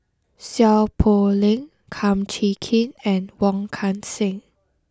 Seow Poh Leng Kum Chee Kin and Wong Kan Seng